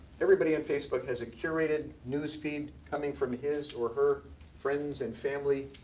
everybody on facebook has a curated news feed coming from his or her friends and family,